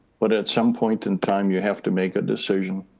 but at some point in time, you have to make a decision.